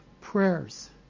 prayers